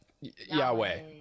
Yahweh